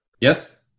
Yes